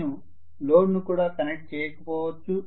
నేను లోడ్ను కూడా కనెక్ట్ చేయకపోవచ్చు